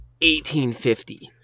1850